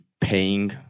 paying